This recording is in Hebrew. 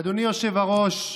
שלמה קרעי (הליכוד): אדוני היושב-ראש,